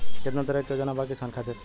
केतना तरह के योजना बा किसान खातिर?